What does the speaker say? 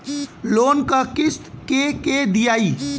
Loan क किस्त के के दियाई?